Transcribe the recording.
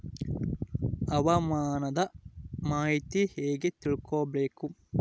ಹವಾಮಾನದ ಮಾಹಿತಿ ಹೇಗೆ ತಿಳಕೊಬೇಕು?